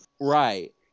Right